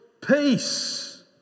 peace